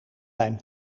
lijm